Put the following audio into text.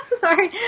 Sorry